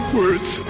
words